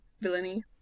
Villainy